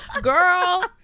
Girl